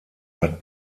hat